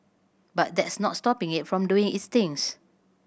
but that's not stopping it from doing its things